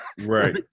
right